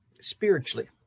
spiritually